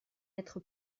être